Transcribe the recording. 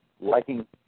liking